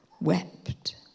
wept